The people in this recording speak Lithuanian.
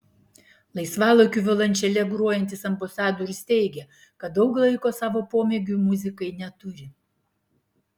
laisvalaikiu violončele grojantis ambasadorius teigė kad daug laiko savo pomėgiui muzikai neturi